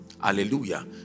Hallelujah